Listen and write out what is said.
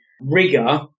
rigor